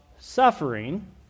suffering